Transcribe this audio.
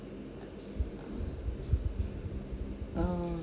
oh